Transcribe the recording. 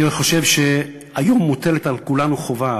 אני חושב שהיום מוטלת על כולנו חובה,